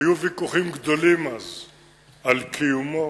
היו ויכוחים גדולים אז על קיומו,